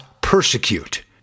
persecute